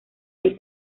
del